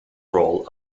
role